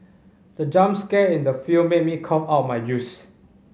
the jump scare in the film made me cough out my juice